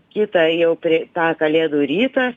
kitą jau prie tą kalėdų rytą